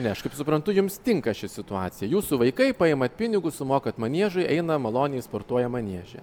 ne aš kaip suprantu jums tinka ši situacija jūsų vaikai paimat pinigus sumokat maniežui einam maloniai sportuojam manieže